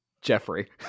Jeffrey